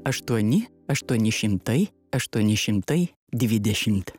aštuoni aštuoni šimtai aštuoni šimtai dvidešimt